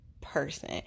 person